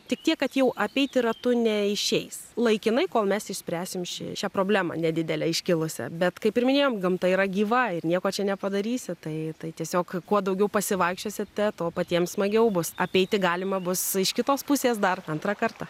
tik tiek kad jau apeiti ratu neišeis laikinai kol mes išspręsim šį šią problemą nedidelę iškilusią bet kaip ir minėjau gamta yra gyva ir nieko čia nepadarysi tai tai tiesiog kuo daugiau pasivaikščiosite to patiems smagiau bus apeiti galima bus iš kitos pusės dar antrą kartą